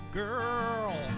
girl